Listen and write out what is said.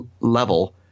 level